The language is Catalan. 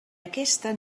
aquesta